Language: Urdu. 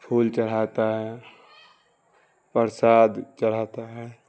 پھول چڑھاتا ہے پرساد چڑھاتا ہے